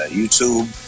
YouTube